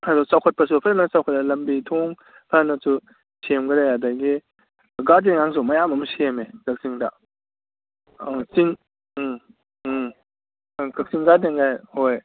ꯐꯖꯅ ꯆꯥꯎꯈꯠꯄꯁꯨ ꯐꯖꯅ ꯆꯥꯎꯈꯠꯂꯦ ꯂꯝꯕꯤ ꯊꯣꯡ ꯐꯅꯁꯨ ꯁꯦꯝꯈꯔꯦ ꯑꯗꯒꯤ ꯒꯥꯔꯗꯦꯟ ꯑꯃꯁꯨ ꯃꯌꯥꯝ ꯑꯃ ꯁꯦꯝꯃꯦ ꯀꯛꯆꯤꯡꯗ ꯑꯪ ꯆꯤꯡ ꯎꯝ ꯎꯝ ꯎꯝ ꯀꯛꯆꯤꯡ ꯒꯥꯔꯗꯦꯟꯀꯥꯏꯅ ꯍꯣꯏ